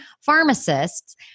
pharmacists